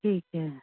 ਠੀਕ ਹੈ